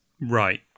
Right